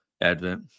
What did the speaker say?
Advent